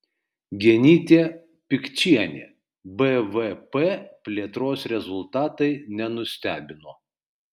genytė pikčienė bvp plėtros rezultatai nenustebino